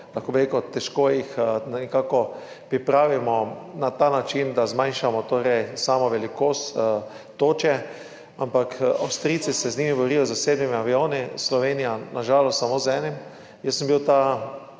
rekel, težko nekako pripravimo na ta način, da zmanjšamo samo velikost toče. Ampak Avstrijci se z njimi borijo s sedmimi avioni, Slovenija na žalost samo z enim. Jaz sem bil ta